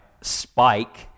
spike